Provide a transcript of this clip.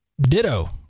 ditto